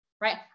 right